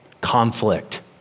conflict